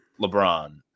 LeBron